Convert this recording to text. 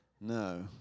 No